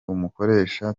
umukoresha